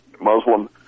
muslim